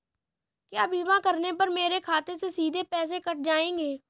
क्या बीमा करने पर मेरे खाते से सीधे पैसे कट जाएंगे?